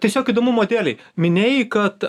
tiesiog įdomumo dėlei minėjai kad